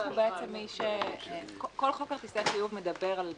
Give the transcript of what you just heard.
המנפיק הוא בעצם כל חוק כרטיסי חיוב מדבר על מנפיקים,